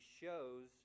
shows